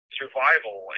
survival